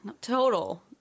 Total